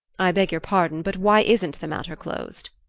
i beg your pardon but why isn't the matter closed?